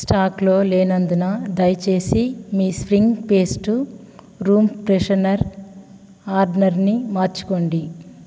స్టాక్లో లేనందున దయచేసి మీ స్ప్రింగ్ పేస్టు రూమ్ ఫ్రెషనర్ ఆర్డర్ని మార్చుకోండి